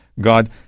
God